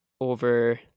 over